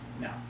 No